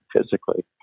physically